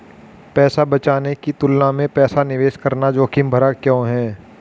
पैसा बचाने की तुलना में पैसा निवेश करना जोखिम भरा क्यों है?